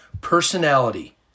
personality